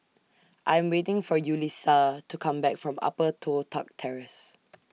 I'm waiting For Yulissa to Come Back from Upper Toh Tuck Terrace